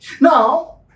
Now